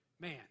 man